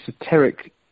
esoteric